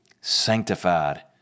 sanctified